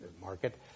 market